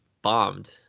Bombed